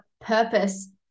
purpose